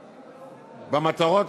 במטרות,